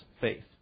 faith